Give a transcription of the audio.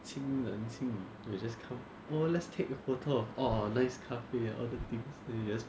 亲人 will just come oh let's take a photo of all our nice 咖啡 and all the things